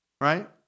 right